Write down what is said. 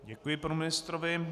Děkuji panu ministrovi.